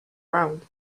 round